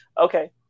okay